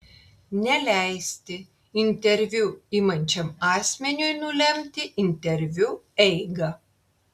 neleisti interviu imančiam asmeniui nulemti interviu eigą